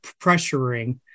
pressuring